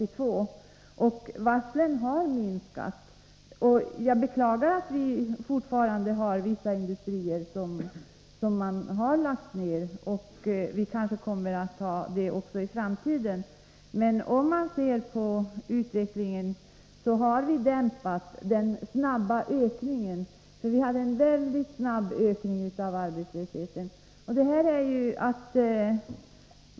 Men nu har antalet varsel minskat. Jag beklagar att vissa av våra industrier fortfarande läggs ner, och det kanske kommer att vara så också i framtiden. Men vi har dämpat den snabba ökningen av arbetslösheten.